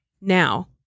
now